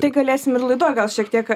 tai galėsim ir laidoj gal šiek tiek